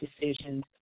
decisions